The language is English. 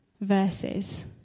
verses